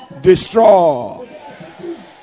Destroy